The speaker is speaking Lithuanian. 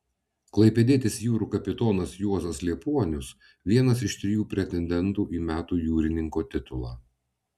klaipėdietis jūrų kapitonas juozas liepuonius vienas iš trijų pretendentų į metų jūrininko titulą